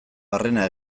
barrena